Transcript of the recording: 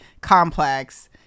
complex